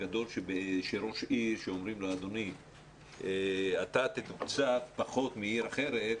גדול שראש עיר שאומרים לו שהוא יתוקצב פחות מעיר אחרת,